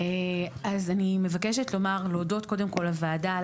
אני מבקשת להודות קודם כול לוועדה על